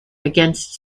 against